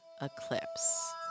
Eclipse